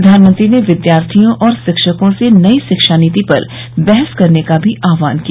प्रधानमंत्री ने विद्यार्थियों और शिक्षकों से नई शिक्षा नीति पर बहस करने का भी आह्वान किया